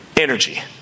energy